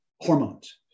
hormones